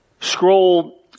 Scroll